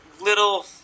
little